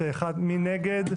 מי נגד?